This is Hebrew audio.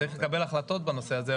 צריך לקבל החלטות בנושא הזה,